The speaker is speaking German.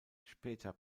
später